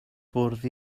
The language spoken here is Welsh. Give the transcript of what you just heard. bwrdd